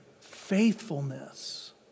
Faithfulness